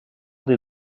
des